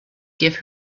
give